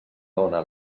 dóna